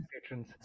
patrons